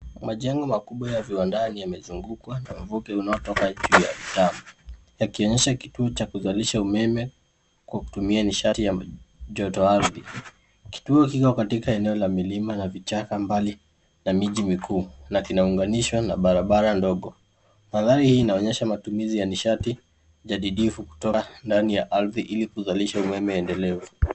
Majengo makubwa ya viwandani yamezungukwa na mvuke unaotoka juu ya mitambo yakionyesha kituo ya kuzalisha umeme kwa kutumia nishati ya joto ardhi. Kituo kiko katika eneo la milima na vichaka mbali na miji mikuu na kinaunganishwa na barabara ndogo. Mandhari hii inaonyesha matumizi ya nishati jadidifu kutoa ndani ya ardhi ili kuzalisha umeme endelevu.